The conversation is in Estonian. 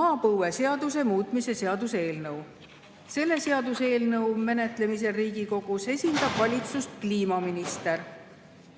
maapõueseaduse muutmise seaduse eelnõu. Selle seaduseelnõu menetlemisel Riigikogus esindab valitsust kliimaminister.